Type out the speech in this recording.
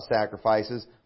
sacrifices